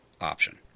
option